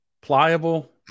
pliable